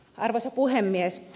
arvoisa puhemies